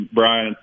Brian